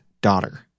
daughter